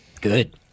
good